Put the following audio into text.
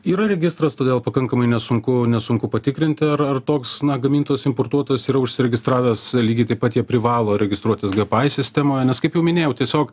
yra registras todėl pakankamai nesunku nesunku patikrinti ar ar toks na gamintojas importuotojas yra užsiregistravęs lygiai taip pat jie privalo registruotis gpi sistemoje nes kaip jau minėjau tiesiog